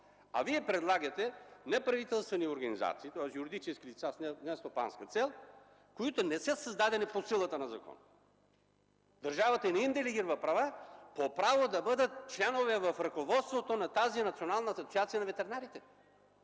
това да е неправителствени организации, тоест юридически лица с нестопанска цел, които не са създадени по силата на закона. Държавата не им делегира права по право да бъдат членове в ръководството на тази Национална асоциация на ветеринарите.